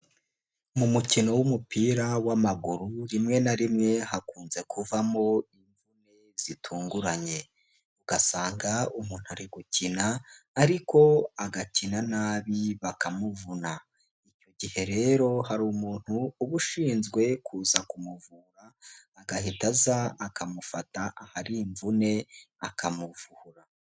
Mu mukino w'umupira w'amaguru rimwe na rimwe hakunze kuvamo zitunguranye. Ugasanga umuntu ari gukina ariko agakina nabi bakamuvuna. Icyo gihe rero hari umuntu uba ushinzwe kuza kumuvura, agahita aza akamufata ahari imvune akamuvura.